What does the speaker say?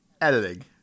editing